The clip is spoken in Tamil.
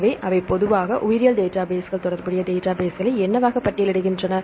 எனவே அவை பொதுவாக உயிரியல் டேட்டாபேஸ்கள் தொடர்புடைய டேட்டாபேஸ்ஸை என்னவாக பட்டியலிடுகின்றன